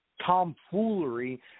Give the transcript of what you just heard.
tomfoolery